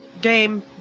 game